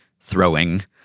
throwing